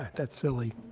that's silly.